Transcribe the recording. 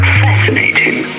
fascinating